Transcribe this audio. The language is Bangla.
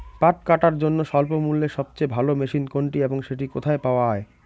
পাট কাটার জন্য স্বল্পমূল্যে সবচেয়ে ভালো মেশিন কোনটি এবং সেটি কোথায় পাওয়া য়ায়?